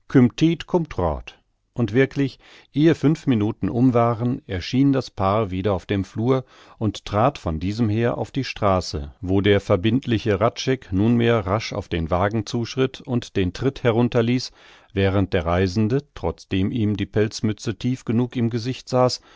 und wirklich ehe fünf minuten um waren erschien das paar wieder auf dem flur und trat von diesem her auf die straße wo der verbindliche hradscheck nunmehr rasch auf den wagen zuschritt und den tritt herunter ließ während der reisende trotzdem ihm die pelzmütze tief genug im gesicht saß